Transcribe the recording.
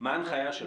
מה ההנחיה שלכם?